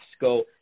go